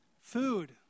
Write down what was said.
food